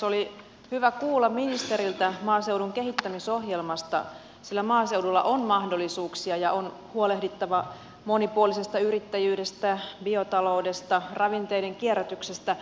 oli hyvä kuulla ministeriltä maaseudun kehittämisohjelmasta sillä maaseudulla on mahdollisuuksia ja on huolehdittava monipuolisesta yrittäjyydestä biotaloudesta ravinteiden kierrätyksestä